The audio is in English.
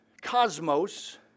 cosmos